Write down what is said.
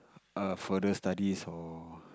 err further studies or